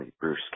Bruce